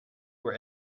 were